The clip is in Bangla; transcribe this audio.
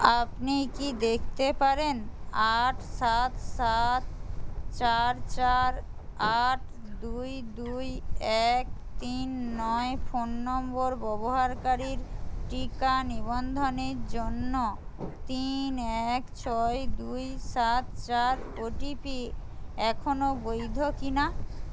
আপনি কি দেখতে পারেন আট সাত সাত চার চার আট দুই দুই এক তিন নয় ফোন নম্বর ব্যবহারকারীর টিকা নিবন্ধনের জন্য তিন এক ছয় দুই সাত চার ওটিপি এখনও বৈধ কি না